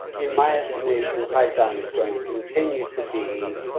in my estimation, and python is going to continue to be